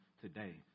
today